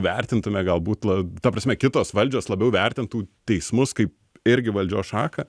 vertintume galbūt la ta prasme kitos valdžios labiau vertintų teismus kaip irgi valdžios šaką